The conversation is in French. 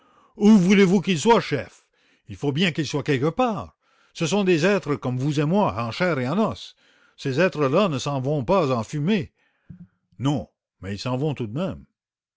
où voulez-vous qu'ils soient chef il faut bien qu'ils soient quelque part ce sont des êtres comme vous et moi en chair et en os ces êtres là ne s'en vont pas en fumée non mais ils s'en vont tout de même